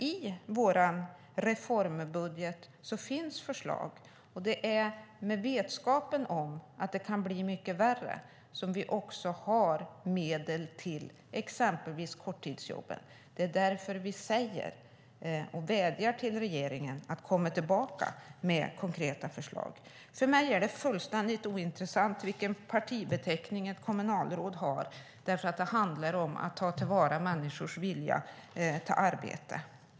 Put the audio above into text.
I vår reformbudget finns förslag - och det är med vetskap om att det kan bli mycket värre - på medel till korttidsjobben. Det är därför vi vädjar till regeringen att den ska komma tillbaka med konkreta förslag. För mig är det fullständigt ointressant vilken partibeteckning ett kommunalråd har. Det handlar nämligen om att ta till vara människors vilja till arbete.